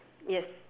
yes